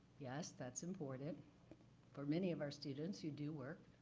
yes, that's important for many of our students who do work.